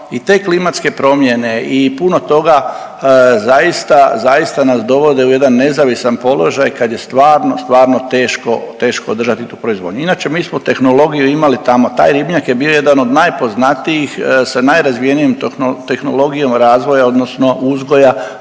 i te klimatske promjene i puno toga zaista, zaista nas dovode u jedan nezavisan položaj kad je stvarno, stvarno teško održati tu proizvodnju. Inače, mi smo tehnologiju imali tamo, taj ribnjak je bio jedan od najpoznatijih sa najrazvijenijom tehnologijom razvoja, odnosno uzgoja